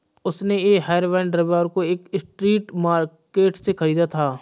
उसने ये हेयरबैंड रविवार को एक स्ट्रीट मार्केट से खरीदा था